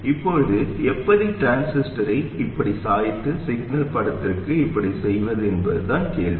இப்போது எப்படி டிரான்சிஸ்டரை இப்படிச் சாய்த்து சிக்னல் படத்துக்கு இப்படிச் செய்வது என்பதுதான் கேள்வி